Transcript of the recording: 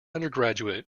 undergraduate